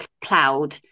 cloud